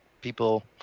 people